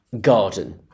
garden